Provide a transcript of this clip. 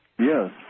Yes